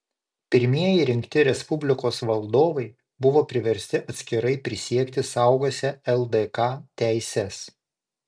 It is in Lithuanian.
pirmieji rinkti respublikos valdovai buvo priversti atskirai prisiekti saugosią ldk teises